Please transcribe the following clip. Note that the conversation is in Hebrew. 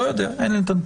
לא יודע, אין לי נתונים.